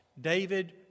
David